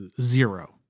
Zero